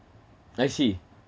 I see